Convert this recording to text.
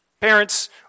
parents